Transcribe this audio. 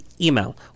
email